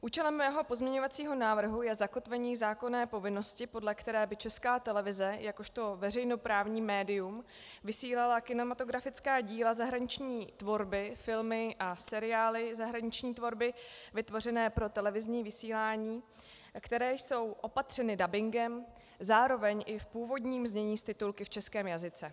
Účelem mého pozměňovacího návrhu je zakotvení zákonné povinnosti, podle které by Česká televize jako veřejnoprávní médium vysílala kinematografická díla zahraniční tvorby, filmy a seriály zahraniční tvorby vytvořené pro televizní vysílání, které jsou opatřeny dabingem, zároveň i v původním znění s titulky v českém jazyce.